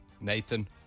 Nathan